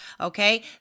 okay